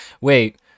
Wait